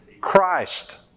Christ